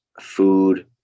food